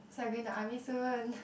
so you're going to army soon